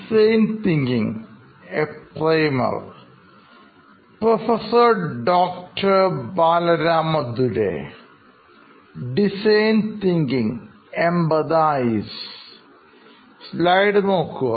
slide നോക്കുക